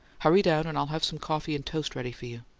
hurry down and i'll have some coffee and toast ready for you.